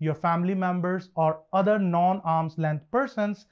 your family members, or other non-arm's-length persons